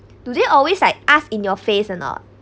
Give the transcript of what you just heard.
do they always like ask in your face or not